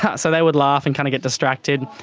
ah so they would laugh and kind of get distracted.